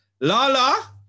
Lala